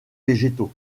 végétaux